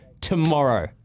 tomorrow